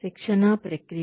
శిక్షణా ప్రక్రియ